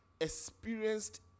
experienced